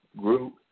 group